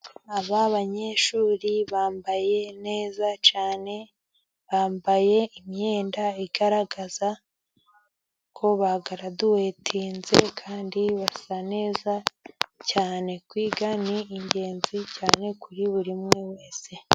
Aba banyeshuri bambaye neza cyane, bambaye imyenda igaragaza ko bagaraduwetinze, kandi basa neza cyane, kwiga ni ingenzi cyane kuri buriwe wese.